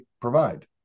provide